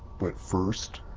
but first,